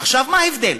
עכשיו, מה ההבדל?